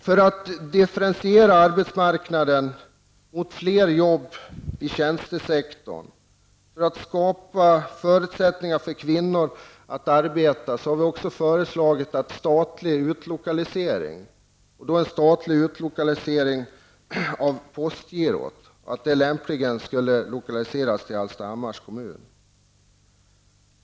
För att differentiera arbetsmarknaden mot fler jobb i tjänstesektorn och skapa förutsättningar för kvinnor att arbeta, har vi också föreslagit statlig utlokalisering. Det gäller här en statlig utlokalisering av Postgirot som lämpligen kan lokaliseras till Hallstahammars kommun.